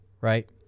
right